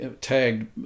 tagged